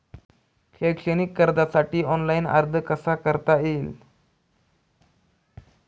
शैक्षणिक कर्जासाठी ऑनलाईन अर्ज कसा करता येईल?